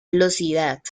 velocidad